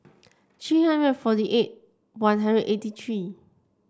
three hundred forty eight One Hundred eighty three